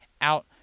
out